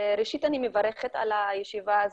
ראשית אני מברכת על הישיבה הזו,